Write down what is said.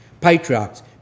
patriarchs